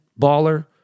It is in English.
Baller